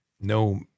no